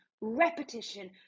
repetition